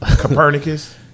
Copernicus